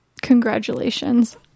congratulations